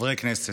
חברי הכנסת,